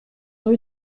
rue